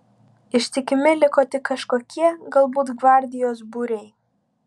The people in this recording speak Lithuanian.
ištikimi liko tik kažkokie galbūt gvardijos būriai